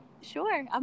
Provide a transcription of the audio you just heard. Sure